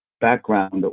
background